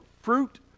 fruit